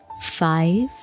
five